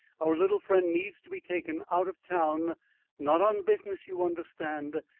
our little friend needs to be taken out of town not on business you understand,